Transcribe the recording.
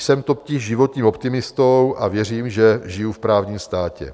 Jsem totiž životním optimistou a věřím, že žiju v právním státě.